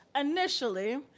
initially